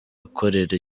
ikorera